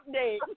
update